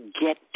get